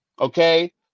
Okay